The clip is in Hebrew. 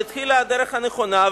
והתחילה הדרך הנכונה,